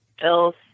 else